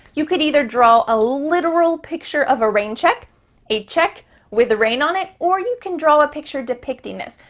you could either draw a literal picture of a rain check a check with a rain on it, or you can draw a picture depicting depicting this.